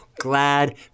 Glad